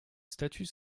statut